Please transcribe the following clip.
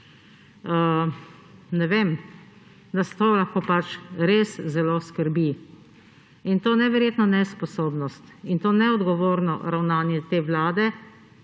trenutek nas to lahko res zelo skrbi. To neverjetno nesposobnost in to neodgovorno ravnanje te vlade